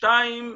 שתיים,